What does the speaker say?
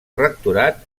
rectorat